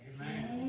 Amen